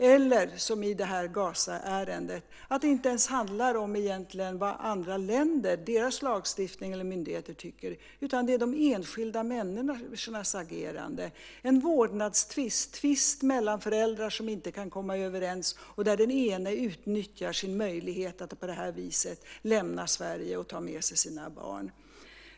Eller också, som i det här Gazaärendet, handlar det egentligen inte ens om andra länders lagstiftning och vad deras myndigheter tycker, utan det gäller de enskilda människornas agerande - en vårdnadstvist, en tvist mellan föräldrar som inte kan komma överens och där den ene utnyttjar sin möjlighet att på det här viset lämna Sverige och ta med sig sina barn.